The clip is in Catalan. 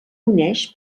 uneix